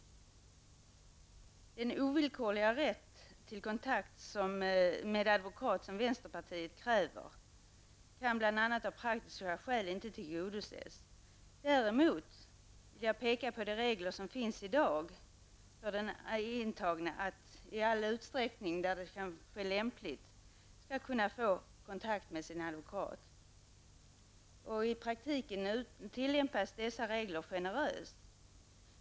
Den ovillkorliga rätt till kontakt med advokat som vänsterpartiet kräver kan bl.a. av praktiska skäl inte tillgodoses. Däremot vill jag peka på regler som finns i dag och som innebär att den intagne i all utsträckning det lämpligen kan ske skall få kontakt med advokat. I praktiken tillämpas dessa regler generöst.